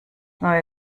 neue